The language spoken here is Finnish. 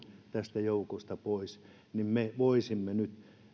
tästä joukosta pois niin me voisimme nyt